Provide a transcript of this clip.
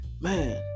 man